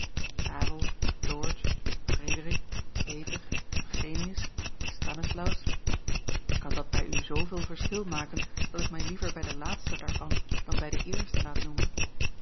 karel george frederik peter eugenius stanislaus kan dat bij u zooveel verschil maken dat ik mij liever bij den laatste daarvan dan bij den eerste laat noemen